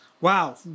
wow